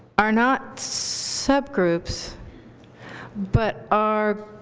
are not subgroups but are